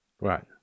Right